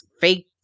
fake